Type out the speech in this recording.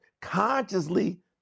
consciously